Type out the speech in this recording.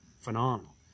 phenomenal